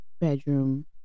bedroom